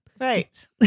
right